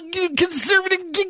conservative